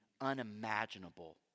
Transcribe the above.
unimaginable